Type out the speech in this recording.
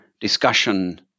discussion